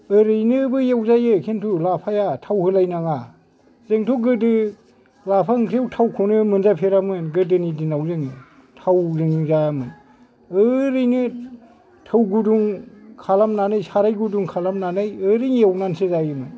ओरैनोबो एवजायो खिन्थु लाफाया थाव होलायनाङा जोंथ' गोदो लाफा ओंख्रियाव थावखौनो मोनजाफेरामोन गोदोनि दिनाव जोङो थावजों जायामोन ओरैनो थौ गुदुं खालामनानै साराइ गुदुं खालामनानै ओरैनो एवनानैसो जायोमोन